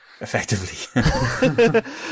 effectively